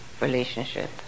relationship